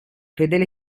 fedele